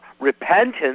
repentance